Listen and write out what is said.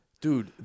Dude